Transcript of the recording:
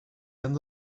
end